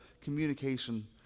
communication